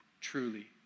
truly